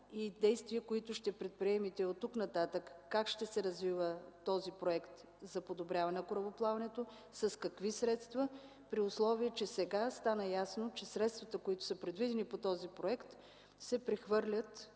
и действия, които ще предприемете оттук нататък как ще се развива този проект за подобряване на корабоплаването, с какви средства, при условие че сега стана ясно, че средствата, предвидени по този проект, се прехвърлят